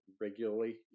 regularly